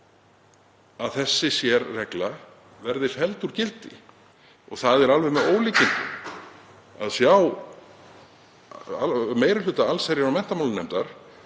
að þessi sérregla verði felld úr gildi. Það er alveg með ólíkindum að sjá meiri hluta allsherjar- og menntamálanefndar